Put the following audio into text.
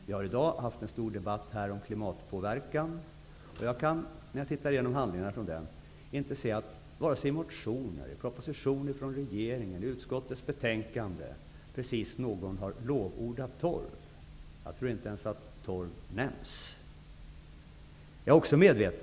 Vi har i dag haft en stor debatt om klimatpåverkan, och jag kan inte när jag ser igenom handlingarna finna att någon vare sig i motioner, i propositioner från regeringen eller i utskottets betänkande precis har lovordat torv. Jag tror inte ens att torven har nämnts i sammanhanget.